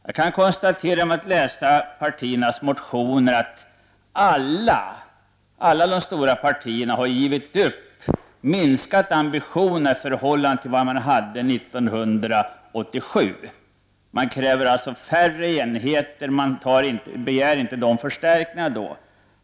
Jag kan genom att läsa partiernas motioner konstatera att alla de stora partierna har givit upp och minskat ambitionerna i förhållande till dem som man hade 1987. Man kräver färre enheter och begär inte samma förstärkningar som då.